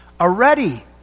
Already